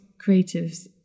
creatives